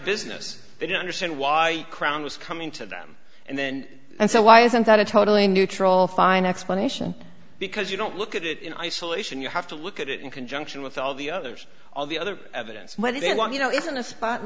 business they don't understand why crown was coming to them and then and so why isn't that a totally neutral fine explanation because you don't look at it in isolation you have to look at it in conjunction with all the others all the other evidence what do they want you know isn't a spot